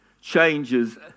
changes